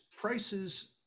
prices